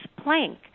Planck